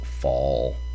fall